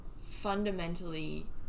fundamentally